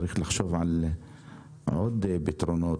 צריך לחשוב על עוד פתרונות.